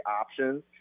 options